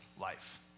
life